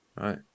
right